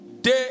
Day